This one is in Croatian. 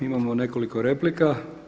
Imamo nekoliko replika.